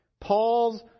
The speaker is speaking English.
Paul's